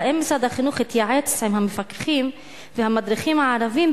5. האם משרד החינוך התייעץ עם המפקחים והמדריכים הערבים